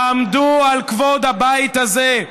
תעמדו על כבוד הבית הזה.